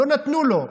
לא נתנו לו.